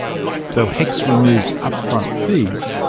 though hecs removes up-front fees,